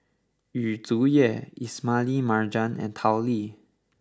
Yu Zhuye Ismail Marjan and Tao Li